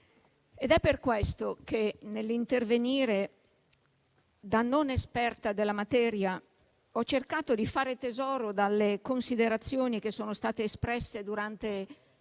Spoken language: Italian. È per questo che nell'intervenire da non esperta della materia ho cercato di fare tesoro delle considerazioni che sono state espresse durante